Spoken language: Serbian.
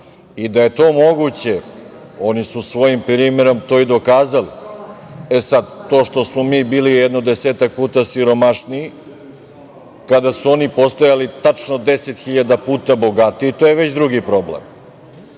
i da je to moguće oni su svojim primerom to i dokazali. E, sada, to što smo mi bili jedno desetak puta siromašniji kada su oni postojali tačno 10.000 puta bogatiji, to je već drugi problem